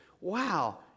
wow